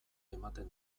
ematen